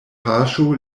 paŝo